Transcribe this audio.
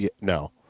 No